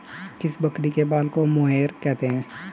किस बकरी के बाल को मोहेयर कहते हैं?